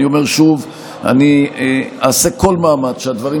אני אומר שוב שאעשה כל מאמץ שהדברים